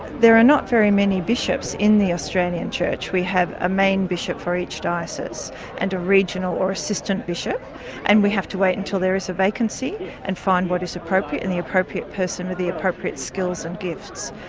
there are not very many bishops in the australian church. we have a main bishop for each diocese and a regional or assistant bishop and we have to wait until there is a vacancy and find what is appropriate and the appropriate person with the appropriate skills and gifts.